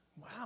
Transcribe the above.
Wow